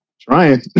Trying